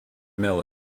mill